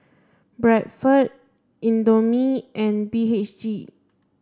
Bradford Indomie and B H G